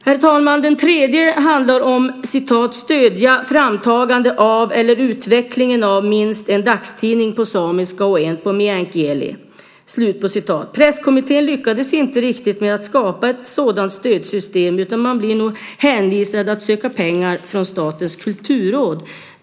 Den tredje prioriteringen handlar om att "stödja framtagandet av eller utvecklingen av minst en dagstidning på samiska och en på meänkieli". Presskommittén lyckades inte riktigt skapa ett sådant stödsystem utan man blir hänvisad till att söka pengar från Statens kulturråd.